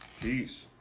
Peace